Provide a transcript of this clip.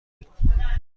بود